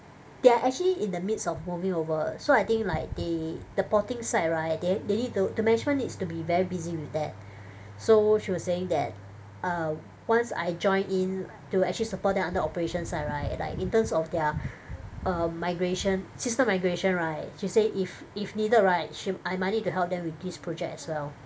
they are actually in the midst of moving over so I think like they the potting side right they they need to the management needs to be very busy with that so she was saying that um once I joined in to actually support them under operations side right like in terms of their err migration system migration right she said if if needed right she I might need to help them with this project as well